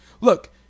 Look